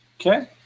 Okay